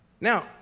Now